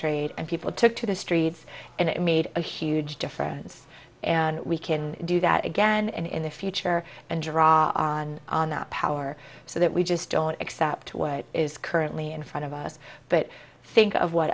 trade and people took to the streets and it made a huge difference and we can do that again and in the future and draw on that power so that we just don't accept what is currently in front of us but i think what